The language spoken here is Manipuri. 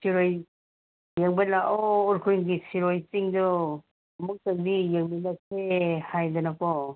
ꯁꯤꯔꯣꯏ ꯌꯦꯡꯕ ꯂꯥꯛꯑꯣ ꯎꯈ꯭ꯔꯨꯜꯒꯤ ꯁꯤꯔꯣꯏ ꯆꯤꯡꯗꯣ ꯑꯃꯨꯛꯇꯪꯗꯤ ꯌꯦꯡꯃꯤꯟꯅꯁꯦ ꯍꯥꯏꯗꯅꯀꯣ